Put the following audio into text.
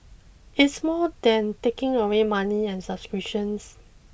it's more than taking away money and subscriptions